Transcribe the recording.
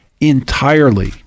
entirely